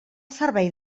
servei